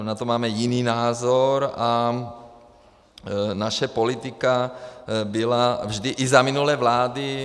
Na to máme jiný názor a naše politika byla vždy i za minulé vlády...